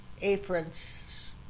aprons